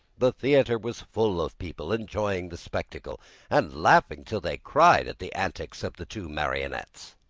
the theater was full of people, enjoying the spectacle and laughing till they cried at the antics of the two marionettes.